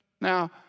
Now